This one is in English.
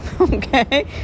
Okay